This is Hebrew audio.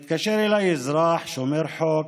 מתקשר אליי אזרח שומר חוק,